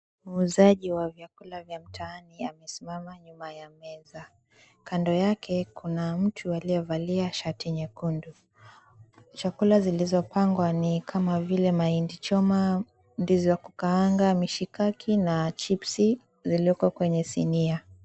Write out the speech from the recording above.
Muuzaji wa vyakula vya mtaani amesimama nyuma ya meza, kando yake kuna mtu aliyevalia shati nyekundu, chakula zilizopangwa ni kama vile mahindi choma, ndizi ya kukaanga na mishikaki na chipsi zilizoko kwa sinia.